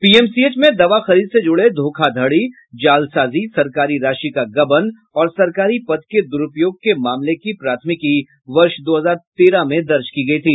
PMCH में दवा खरीद से जुड़े धोखाधड़ी जालसाजी सरकारी राशि का गबन और सरकारी पद के दुरुपयोग के मामले की प्राथमिकी वर्ष दो हजार तेरह में दर्ज की गई थी